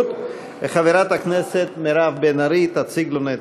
חברת הכנסת מירב בן ארי תציג לנו את